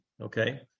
okay